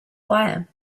wire